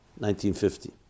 1950